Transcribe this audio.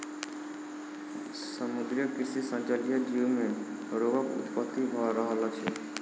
समुद्रीय कृषि सॅ जलीय जीव मे रोगक उत्पत्ति भ रहल अछि